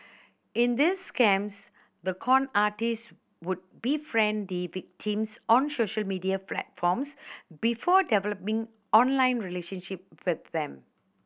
in these scams the con artist would befriend the victims on social media platforms before developing online relationship with them